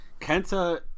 Kenta